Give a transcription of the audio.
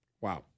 Wow